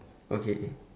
okay